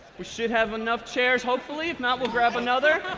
we should have enough chairs, hopefully. if not, we'll grab another.